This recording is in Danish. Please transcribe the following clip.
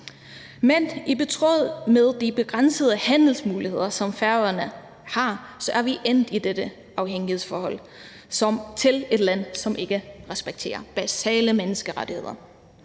Men i tråd med de begrænsede handelsmuligheder, som Færøerne har, er vi endt i dette afhængighedsforhold til et land, som ikke respekterer basale menneskerettigheder.